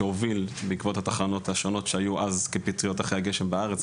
שהוביל בעקבות התחנות השונות שהיו אז כפטריות אחרי גשם בארץ,